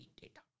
data